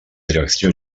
direcció